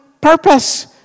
purpose